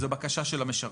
זו בקשה של המשרת.